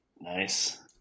Nice